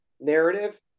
narrative